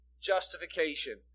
justification